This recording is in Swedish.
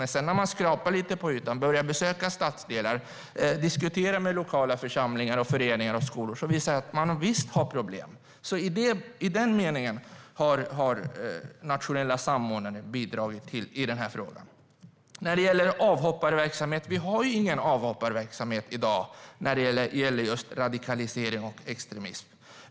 Men när man skrapade lite på ytan, började besöka stadsdelar och diskutera med lokala församlingar, föreningar och skolor visade det sig att de visst hade problem. I den meningen har den nationella samordnaren bidragit i den här frågan. När det gäller avhopparverksamhet har vi ingen avhopparverksamhet i dag när det gäller just radikalisering och extremism.